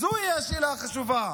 זוהי השאלה החשובה.